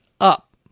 up